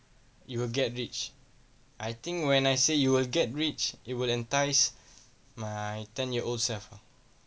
you will get rich I think when I say you will get rich you will entice my ten-year-old self ah